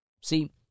See